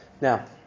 Now